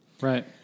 Right